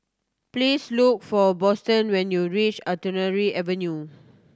please look for Boston when you reach Artillery Avenue